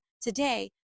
today